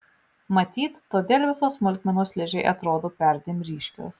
matyt todėl visos smulkmenos ližei atrodo perdėm ryškios